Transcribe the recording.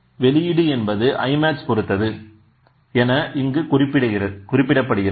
வெளியீடு என்பது Imax பொருத்தது என இங்கு குறிப்பிடப்படுகிறது